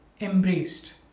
Embraced